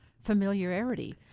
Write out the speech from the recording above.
familiarity